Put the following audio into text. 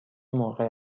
موقع